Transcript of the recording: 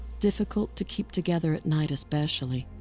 difficult to keep together at night, especially.